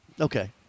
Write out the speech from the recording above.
Okay